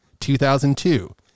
2002